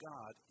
God